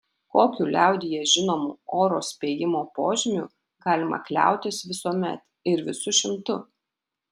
kokiu liaudyje žinomu oro spėjimo požymiu galima kliautis visuomet ir visu šimtu